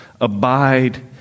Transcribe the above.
abide